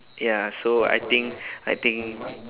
ya so I think I think